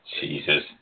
Jesus